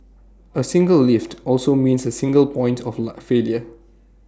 A single lift also means A single point of la failure